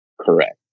correct